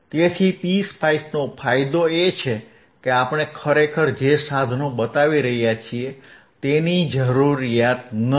તેથી PSpice નો ફાયદો એ છે કે આપણે ખરેખર જે સાધનો બતાવી રહ્યા છીએ તેની જરૂર નથી